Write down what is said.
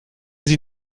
sie